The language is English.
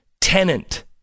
tenant